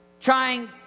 trying